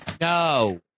No